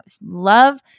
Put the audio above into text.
love